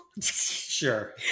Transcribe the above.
Sure